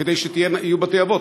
כדי שיהיו בתי-אבות?